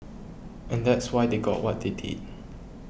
and that's why they got what they did